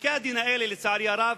שפסקי-הדין האלה, לצערי הרב,